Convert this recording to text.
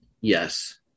Yes